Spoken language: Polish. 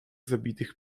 zabitych